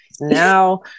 now